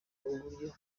uburyo